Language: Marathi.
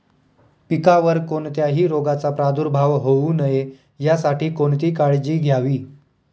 पिकावर कोणत्याही रोगाचा प्रादुर्भाव होऊ नये यासाठी कोणती काळजी घ्यावी?